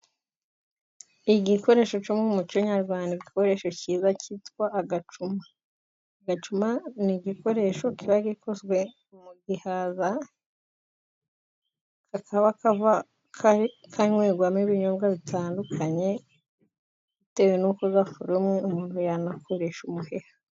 Igikoresho cyo mu mu muco nyarwanda, igikoresho kiza cyitwa agacuma. Agacuma ni igikoresho kiba gikozwe mu gihaza kakaba kanywerebwamo ibinyobwa bitandukanye, bitewe nuko gaforumye umuntu yanakoresha umuheha.